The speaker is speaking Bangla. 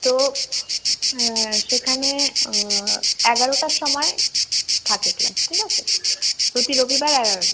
তো সেখানে এগারোটার সময়ে থাকে ক্লাস ঠিক আছে প্রতি রবিবার এগারোটায়